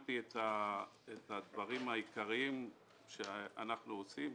ציינתי כאן את הדברים העיקריים שאנחנו עושים,